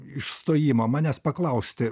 išstojimą manęs paklausti